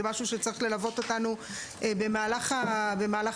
שזה משהו שצריך ללוות אותנו במהלך הדיונים.